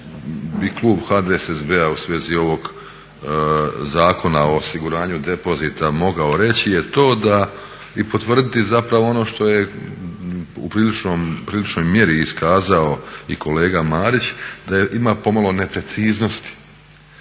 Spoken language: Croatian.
bi klub HDSSB-a u svezi ovog Zakona o osiguranju depozita mogao reći je to da i potvrditi zapravo ono što je u priličnoj mjeri iskazao i kolega Marić da ima pomalo nepreciznosti.